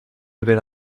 belle